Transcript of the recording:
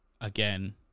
again